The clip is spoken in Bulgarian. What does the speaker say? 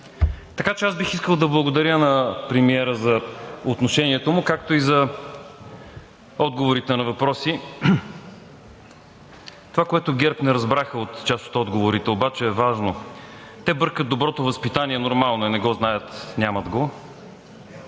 Така че бих искал да благодаря на премиера за отношението му, както и за отговорите на въпроси. Това, което ГЕРБ не разбраха от част от отговорите обаче, е важно. Те бъркат доброто възпитание, нормално е, не го знаят, нямат го,